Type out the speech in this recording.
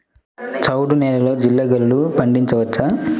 చవుడు నేలలో జీలగలు పండించవచ్చా?